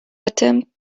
attempt